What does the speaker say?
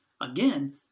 Again